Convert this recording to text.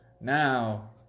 Now